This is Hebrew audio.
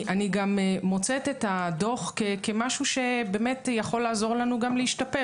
אני מוצאת את הדוח כמשהו שבאמת יכול לעזור לנו גם להשתפר.